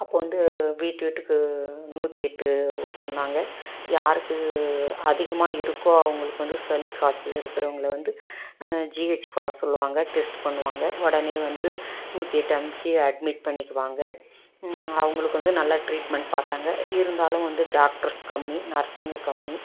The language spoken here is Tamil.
அப்போது வந்து வீட்டு வீட்டுக்கு நூற்றி எட்டு விட்டுருந்தாங்க யாருக்கு அதிகமாக இருக்கோ அவங்களுக்கு வந்து சளி காய்ச்சல் இருக்கிறவங்கள வந்து ஜிஹெச்சுக்கு வர சொல்வாங்க டெஸ்ட் பண்ணுவாங்க உடனே வந்து நூற்றி எட்டு அனுப்பிச்சி அட்மிட் பண்ணிக்குவாங்க அவங்களுக்கு வந்து நல்லா டிரீட்மெண்ட் பார்த்தாங்க இருந்தாலும் வந்து டாக்டர்ஸ் கம்மி நர்ஸுங்க கம்மி